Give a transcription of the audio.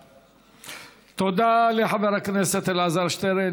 תודה לחבר הכנסת אלעזר שטרן.